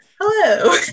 Hello